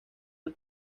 del